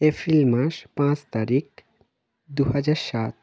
April মাস পাঁচ তারিখ দু হাজার সাত